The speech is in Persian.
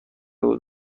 بود